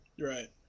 right